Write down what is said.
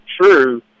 true